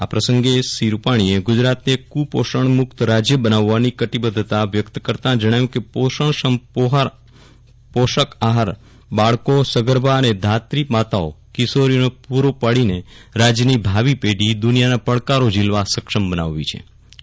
આ પ્રસંગે શ્રી રૂપાજીએ ગુજરાતને કુપોષણમુક્ત રાજય બનાવવાની કટિબદ્ધતા વ્યક્ત કરતાં જજ્ઞાવ્યું હતું કે પોષણક્ષમ પોષક આહાર બાળકો સગર્ભા અને ધાત્રી માતાઓ કિશોરીઓને પૂરો પાડીને રાજયની ભાવિ પેઢી દુનિયાના પડકારો ઝીલવા સક્ષમ બનાવવીછે